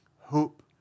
hope